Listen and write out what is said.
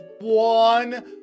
one